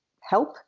help